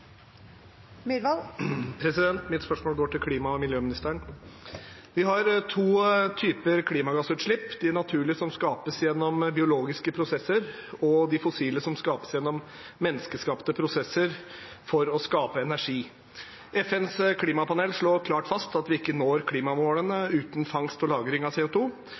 skapes gjennom biologiske prosesser, og de fossile, som skapes gjennom menneskeskapte prosesser for å skape energi. FNs klimapanel slår klart fast at vi ikke når klimamålene uten fangst og lagring av